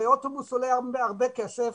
הרי אוטובוס עולה היום הרבה כסף